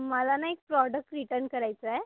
मला ना एक प्रॉडक्ट रिटर्न करायचं आहे